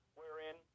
wherein